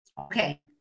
okay